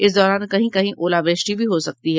इस दौरान कहीं कहीं ओलावृष्टि भी हो सकती है